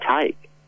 take